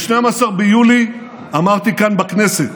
ב-12 ביולי אמרתי כאן בכנסת: